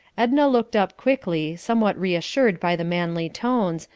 edna looked up quickly, somewhat reassured by the manly tones,